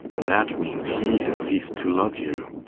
that means he has ceased to love you.